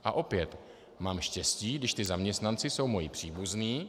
A opět, mám štěstí, když ti zaměstnanci jsou moji příbuzní.